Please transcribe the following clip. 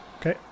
Okay